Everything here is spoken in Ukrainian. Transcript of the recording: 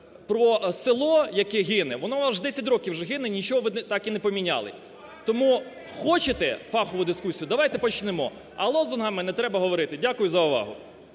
про село, яке гине, воно 10 років уже гине – нічого ви так і не поміняли. Тому хочете фахову дискусію – давайте почнемо, а лозунгами не треба говорити. Дякую за увагу.